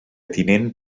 tinent